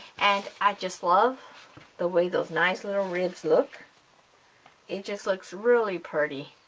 and i just love the way those nice little ribs look it just looks really pretty